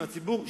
עם הציבור,